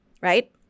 right